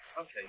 Okay